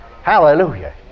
Hallelujah